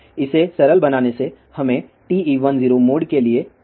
इसे सरल बनाने से हमें TE10 मोड के लिए 1372 GHz मिलेगा